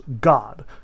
God